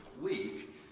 week